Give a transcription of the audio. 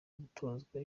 gutozwa